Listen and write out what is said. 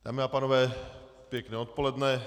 Dámy a pánové, pěkné odpoledne.